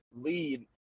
lead